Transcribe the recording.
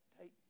take